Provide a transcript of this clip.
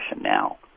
now